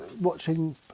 watching